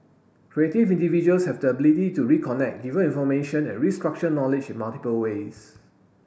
creative individuals have the ability to reconnect given information and restructure knowledge in multiple ways